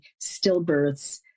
stillbirths